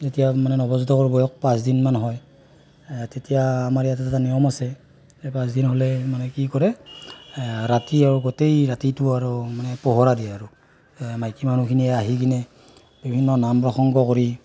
যেতিয়া মানে নৱজাতকৰ বয়স পাঁচ দিনমান হয় তেতিয়া আমাৰ ইয়াত এটা নিয়ম আছে এই পাঁচদিন হ'লে মানে কি কৰে ৰাতি আৰু গোটেই ৰাতিটো আৰু মানে পহৰা দিয়ে আৰু মাইকীমানুহখিনিয়ে আহি কিনে বিভিন্ন নাম প্ৰসংগ কৰি